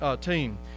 team